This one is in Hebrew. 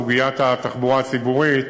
סוגיית התחבורה הציבורית,